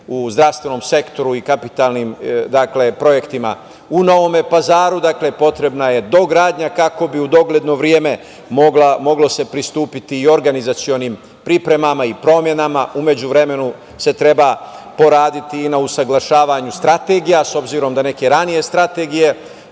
u zdravstvenom sektoru i kapitalnim projektima u Novom Pazaru. Potrebna je dogradnja kako bi u dogledno vreme moglo se pristupiti i organizacionim pripremama i promenama. U međuvremenu se treba poraditi i na usaglašavanju strategija, s obzirom da neke ranije strategije